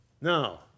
Now